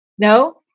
No